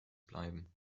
bleiben